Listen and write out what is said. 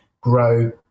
grow